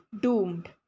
doomed